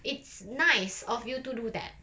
it's nice of you to do that